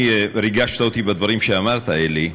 ריגשת אותי בדברים שאמרת, אלי,